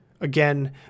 Again